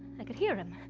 i could hear him.